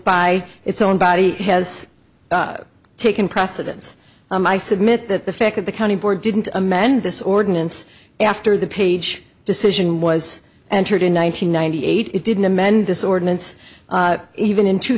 by its own body has taken precedence and i submit that the fact that the county board didn't amend this ordinance after the page decision was entered in one nine hundred ninety eight it didn't amend this ordinance even in two